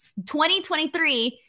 2023